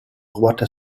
ruota